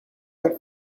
were